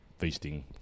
feasting